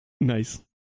nice